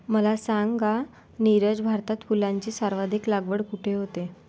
मला सांगा नीरज, भारतात फुलांची सर्वाधिक लागवड कुठे होते?